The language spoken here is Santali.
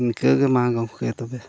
ᱤᱱᱠᱟᱹᱜᱮ ᱢᱟ ᱜᱚᱢᱠᱮ ᱛᱚᱵᱮ